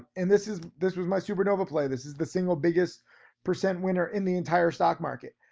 and this is this was my supernova play. this is the single biggest percent winner in the entire stock market.